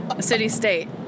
city-state